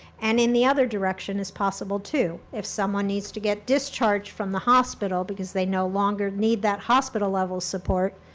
and in the other direction is possible too. if someone needs to get discharged from the hospital because they no longer need that hospital level support,